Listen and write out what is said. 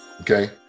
Okay